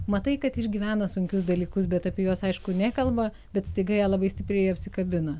matai kad išgyvena sunkius dalykus bet apie juos aišku nekalba bet staiga ją labai stipriai apsikabina